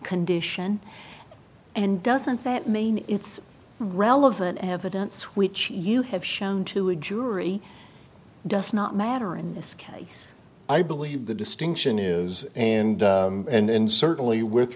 condition and doesn't that mean it's relevant evidence which you have shown to a jury does not matter in this case i believe the distinction is and and certainly with